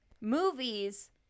Movies